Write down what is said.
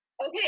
Okay